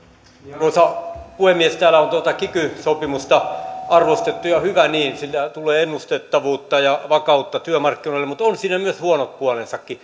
arvoisa puhemies täällä on tuota kiky sopimusta arvostettu ja hyvä niin siitä tulee ennustettavuutta ja vakautta työmarkkinoille mutta on siinä myös huonot puolensa